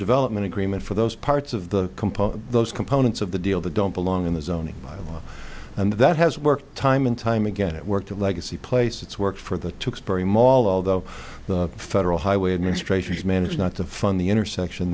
development agreement for those parts of the composed those components of the deal that don't belong in the zoning model and that has worked time and time again it worked a legacy place it's worked for the took spring mall although the federal highway administration has managed not to fund the intersection